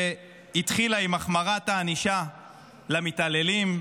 שהתחילה עם החמרת הענישה למתעללים,